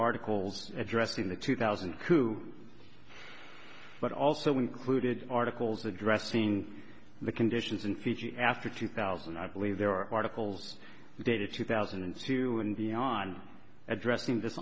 articles addressed in the two thousand and two but also included articles addressing the conditions in fiji after two thousand i believe there are articles dated two thousand and two and beyond addressing this